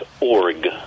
org